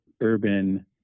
urban